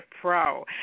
pro